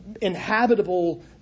inhabitable